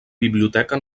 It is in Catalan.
biblioteca